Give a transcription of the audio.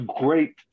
great